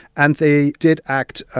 and they did act,